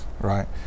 right